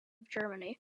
germany